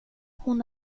hon